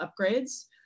upgrades